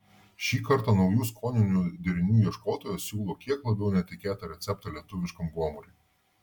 šį kartą naujų skoninių derinių ieškotojas siūlo kiek labiau netikėtą receptą lietuviškam gomuriui